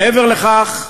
מעבר לכך,